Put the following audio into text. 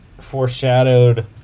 foreshadowed